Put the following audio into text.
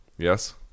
Yes